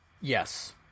Yes